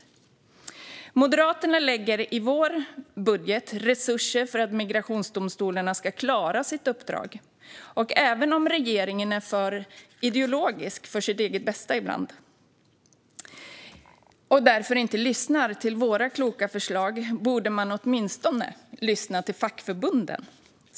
Vi i Moderaterna lägger i vår budget resurser för att migrationsdomstolarna ska klara sitt uppdrag. Även om regeringen ibland är för ideologisk för sitt eget bästa och därför inte lyssnar till våra kloka förslag borde man åtminstone lyssna till fackförbunden.